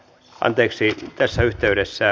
anteeksi tässä yhteydessä